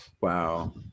Wow